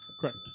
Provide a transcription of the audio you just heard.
Correct